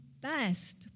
best